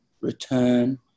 return